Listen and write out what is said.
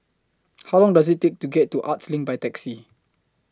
How Long Does IT Take to get to Arts LINK By Taxi